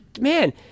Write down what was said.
man